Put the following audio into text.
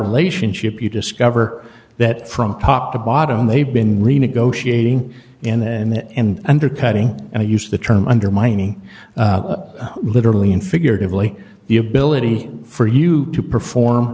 relationship you discover that from top to bottom they've been renegotiating and undercutting and they use the term undermining literally and figuratively the ability for you to perform